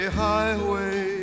highway